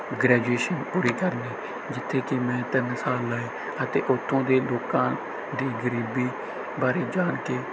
graduation ਪੂਰੀ ਕਰਨੀ ਜਿੱਥੇ ਕਿ ਮੈਂ ਤਿੰਨ ਸਾਲ ਲਗਾਏ ਅਤੇ ਉੱਥੋਂ ਦੇ ਲੋਕਾਂ ਦੀ ਗਰੀਬੀ ਬਾਰੇ ਜਾਣ ਕੇ